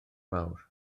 mawr